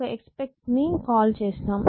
ఒక ఎక్స్పర్ట్ ని కాల్ చేస్తాం